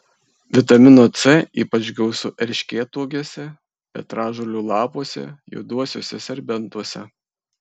vitamino c ypač gausu erškėtuogėse petražolių lapuose juoduosiuose serbentuose